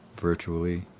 virtually